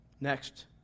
Next